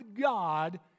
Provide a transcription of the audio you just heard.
God